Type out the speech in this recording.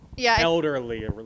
elderly